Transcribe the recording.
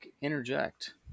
interject